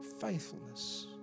faithfulness